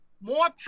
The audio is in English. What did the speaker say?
more